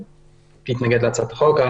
להתנגד להצעת החוק.